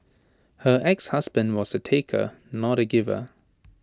her exhusband was A taker not A giver